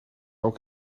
ook